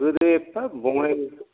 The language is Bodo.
गोदो एफा बङाइ